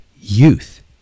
youth